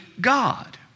God